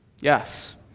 Yes